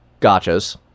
gotchas